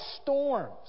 storms